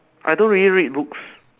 I don't really read books